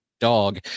Dog